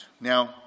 Now